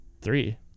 three